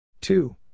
Two